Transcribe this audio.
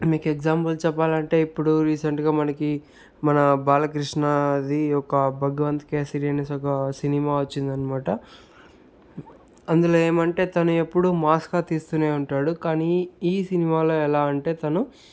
మీకు ఎగ్జాంపుల్ చెప్పాలంటే ఇప్పుడు రీసెంట్గా మనకి మన బాలకృష్ణది ఒక భగవంత్ కేసరి అనేసి ఒక సినిమా వచ్చిందనమాట అందులో ఏమంటే తను ఎప్పుడు మాస్గా తీస్తూనే ఉంటాడు కానీ ఈ సినిమాలో ఎలా అంటే తను